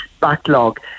backlog